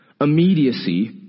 Immediacy